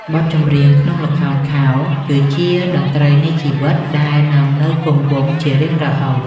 បទចម្រៀងក្នុងល្ខោនខោលគឺជាតន្ត្រីនៃជីវិត ដែលនឹងនៅគង់វង្សជារៀងរហូត។